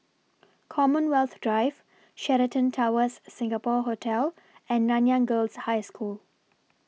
Commonwealth Drive Sheraton Towers Singapore Hotel and Nanyang Girls' High School